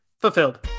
fulfilled